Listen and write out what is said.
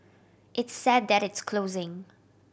it's sad that it's closing